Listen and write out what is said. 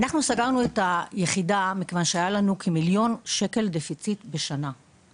אנחנו סגרנו את היחידה כיוון שהיה לנו מיליון שקל גירעון בשנה.